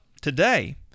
today